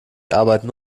arbeiten